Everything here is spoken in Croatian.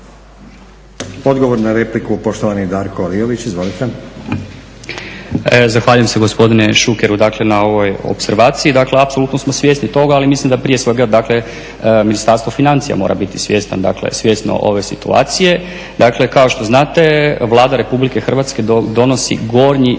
Odgovor na repliku poštovani Darko Liović. Izvolite. **Liović, Darko** Zahvaljujem se gospodine Šukeru na ovoj opservaciji. Dakle apsolutno smo svjesni toga ali mislim da prije svega Ministarstvo financija mora biti svjesno ove situacije. Dakle kao što znate Vlada RH donosi gornji